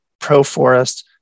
ProForest